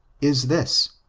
is this